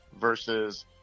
versus